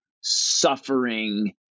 suffering